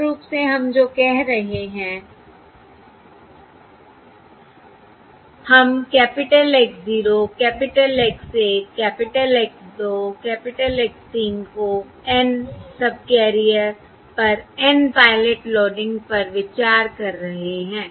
मूल रूप से हम जो कह रहे हैं हम capital X 0 capital X 1 capital X 2 capital X 3 को N सबकैरियर पर N पायलट लोडिंग पर विचार कर रहे हैं